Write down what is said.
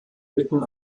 mitten